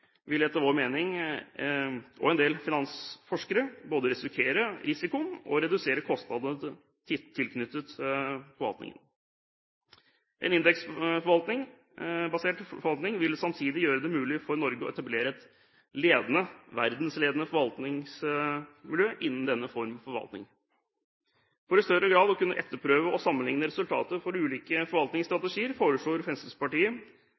vil etter vår og en del finansforskeres mening både redusere risikoen og kostnadene knyttet forvaltningen. En indeksbasert forvaltning vil samtidig gjøre det mulig for Norge å etablere et verdensledende forvaltermiljø innen denne formen for forvaltning. For i større grad å kunne etterprøve og sammenlikne resultater for ulike forvaltningsstrategier, foreslår Fremskrittspartiet